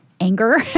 anger